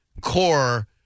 core